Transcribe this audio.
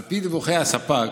על פי דיווחי הספק,